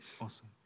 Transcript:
Awesome